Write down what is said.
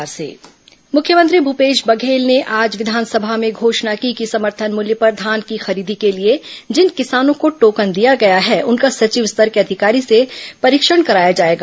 मुख्यमंत्री किसान टोकन मुख्यमंत्री भूपेश बघेल ने आज विधानसभा में घोषणा की कि समर्थन मूल्य पर धान की खरीदी के लिए जिन किसानों को टोकन दिया गया है उनका सचिव स्तर के अधिकारी से परीक्षण कराया जाएगा